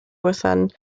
within